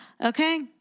okay